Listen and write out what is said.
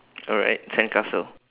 alright sandcastle